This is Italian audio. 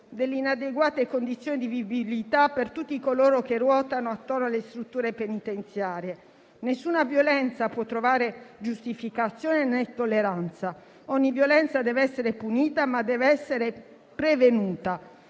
delle inadeguate condizioni di vivibilità per tutti coloro che ruotano attorno alle strutture penitenziarie. Nessuna violenza può trovare giustificazione né tolleranza; ogni violenza deve essere punita, ma deve anche essere prevenuta.